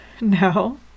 No